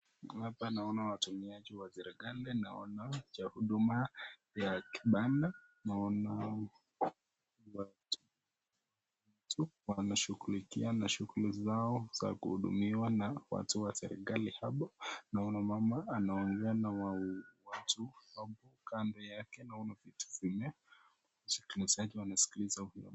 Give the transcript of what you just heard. Hapa naona watumiaji wa serikali naona cha huduma ya kibanda naona watu wanashughulikia na shughuli zao za kuhudumiwa na watu wa serikali hapo. Naona mama anaongea na watu hapo kando yake naona vitu zime sikilizaji wanasikiliza huyu.